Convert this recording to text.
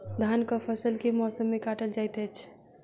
धानक फसल केँ मौसम मे काटल जाइत अछि?